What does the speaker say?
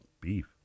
beef